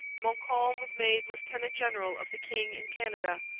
montcalm was made lieutenant-general of the king in canada.